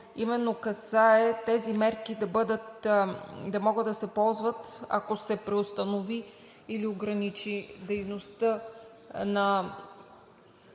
именно касае тези мерки да могат да се ползват, ако се преустанови или ограничи дейността на